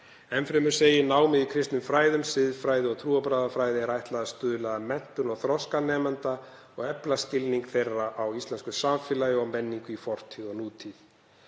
Enn fremur segir: „Námi í kristnum fræðum, siðfræði og trúarbragðafræði er ætlað að stuðla að menntun og þroska nemenda og efla skilning þeirra á íslensku samfélagi og menningu í fortíð og nútíð.“